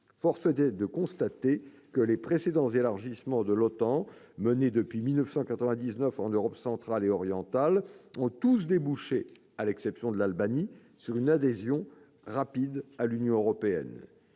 force est de constater que les élargissements de l'OTAN menés depuis 1999 en Europe centrale et orientale ont tous débouché, sauf pour l'Albanie, sur une adhésion rapide à l'Union européenne.